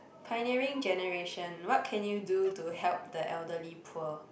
pioneering generation what can you do to help the elderly poor